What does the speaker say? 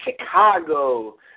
Chicago